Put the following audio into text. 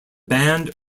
band